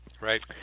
right